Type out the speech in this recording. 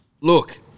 Look